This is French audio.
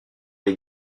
les